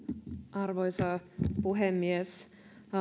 arvoisa puhemies